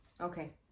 Okay